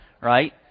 right